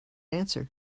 answer